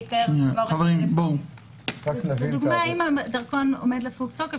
--- לדוגמה אם הדרכון עומד להיות פג תוקף,